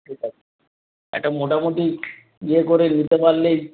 ঠিক আছে একটা মোটামুটি ইয়ে করে নিতে পারলেই